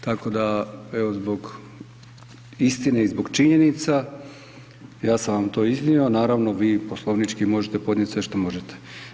Tako da, evo zbog istine i zbog činjenica ja sam vam to iznio, naravno vi poslovnički možete podnijeti sve što možete.